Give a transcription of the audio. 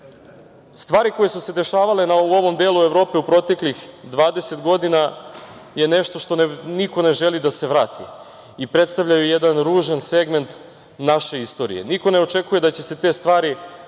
zemlje. Stvari koje su se dešavale u ovom delu Evrope u proteklih 20 godina, je nešto što niko ne želi da se vrati i predstavljaju jedan ružan segment naše istorije. Niko ne očekuje da će se te stvari